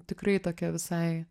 tikrai tokia visai